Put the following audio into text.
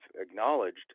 acknowledged